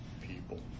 people